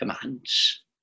commands